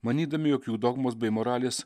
manydami jog jų dogmos bei moralės